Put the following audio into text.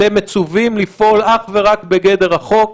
אתם מצווים לפעול אך ורק בגדר החוק,